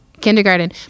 kindergarten